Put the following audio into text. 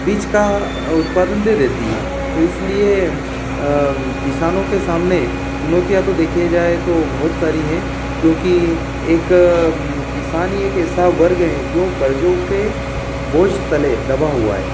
बीच का उत्पादन दे देती है तो इसलिए किसानों के सामने चुनौतियाँ तो देखी जाए तो बोहोत सारी है क्योंकि एक किसान ही एक ऐसा वर्ग है जो कर्जों के बोझ तले दबा हुआ है